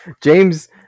James